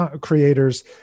creators